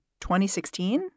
2016